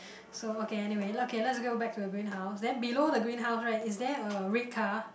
so okay anyway okay let's go back to the green house then below the green house right is there a red car